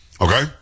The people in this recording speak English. Okay